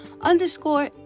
underscore